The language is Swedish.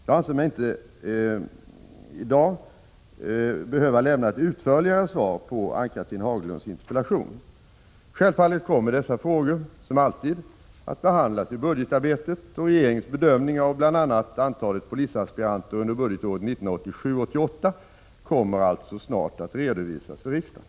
Jag anser mig därför inte i dag behöva lämna ett utförligare svar på Ann-Cathrine Haglunds interpellation. Självfallet kommer dessa frågor, som alltid, att behandlas i budgetarbetet, och regeringens bedömning av bl.a. antalet polisaspiranter under budgetåret 1987/88 kommer alltså snart att redovisas för riksdagen.